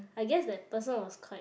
I guess that person was quite